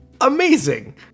amazing